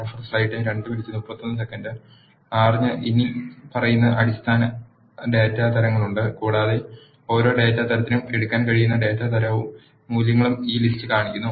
R ന് ഇനിപ്പറയുന്ന അടിസ്ഥാന ഡാറ്റ തരങ്ങളുണ്ട് കൂടാതെ ഓരോ ഡാറ്റാ തരത്തിനും എടുക്കാൻ കഴിയുന്ന ഡാറ്റ തരവും മൂല്യങ്ങളും ഈ ലിസ്റ്റ് കാണിക്കുന്നു